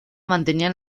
mantenían